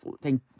thank